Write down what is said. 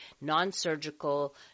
non-surgical